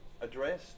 address